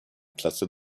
klasse